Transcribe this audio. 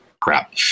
crap